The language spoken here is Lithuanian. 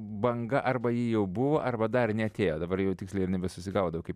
banga arba ji jau buvo arba dar neatėjo dabar jau tiksliai ir nebesusigaudau kaip